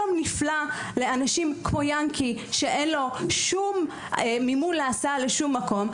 "יום נפלא" לאנשים כמו יענקי שאין לו מימון להסעה לשום מקום.